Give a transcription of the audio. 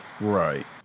Right